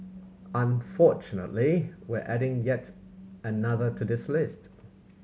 unfortunately we're adding another to this list